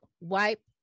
wipe